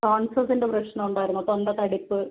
ടോൺസിൽസിൻ്റെ പ്രശ്നം ഉണ്ടായിരുന്നോ തൊണ്ട തടിപ്പ്